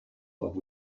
bob